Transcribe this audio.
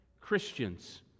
Christians